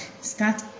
start